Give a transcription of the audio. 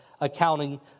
accounting